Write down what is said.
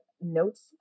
notes